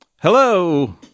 Hello